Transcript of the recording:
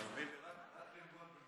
תאמין לי, רק ללמוד ממנו.